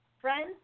friends